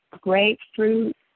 grapefruit